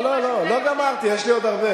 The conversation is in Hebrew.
לא גמרתי, יש לי עוד הרבה.